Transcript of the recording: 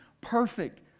Perfect